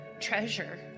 treasure